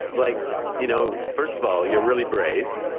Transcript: like you know first of all, you're really brave.